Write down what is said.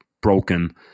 broken